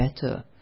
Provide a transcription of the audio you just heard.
better